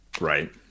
right